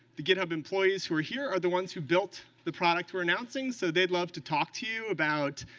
the github employees who are here are the ones who built the product we're announcing, so they'd love to talk to you about,